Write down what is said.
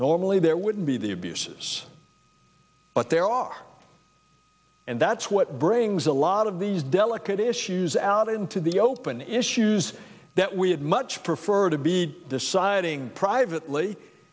normally there wouldn't be the abuses but there are and that's what brings a lot of these delicate issues out into the open issues we had much preferred to be deciding privately